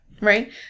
right